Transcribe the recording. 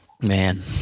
Man